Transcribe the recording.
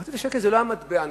מחצית השקל לא היה מטבע נחשב,